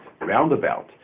roundabout